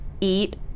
eat